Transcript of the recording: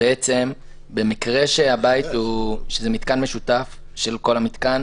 במקרה שבבית זה מתקן משותף של כל הבית,